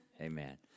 Amen